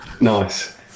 Nice